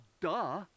duh